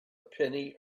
penny